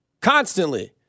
Constantly